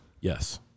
yes